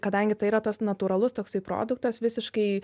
kadangi tai yra tas natūralus toksai produktas visiškai